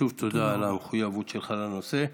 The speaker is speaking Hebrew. שוב תודה על המחויבות שלך לנושא.